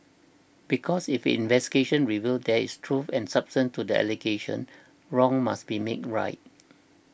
because if investigations reveal there is truth and substance to the allegations wrongs must be made right